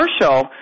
commercial